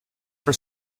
for